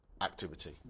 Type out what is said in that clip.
activity